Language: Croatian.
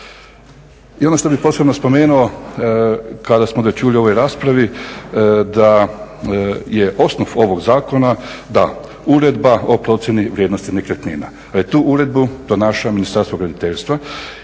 I ono što bih posebno spomenuo to smo već čuli u ovoj raspravi da je osnov ovog zakona da uredba o procjeni vrijednosti nekretnina. Tu uredbu donosi Ministarstvo graditeljstva